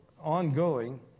ongoing